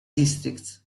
districts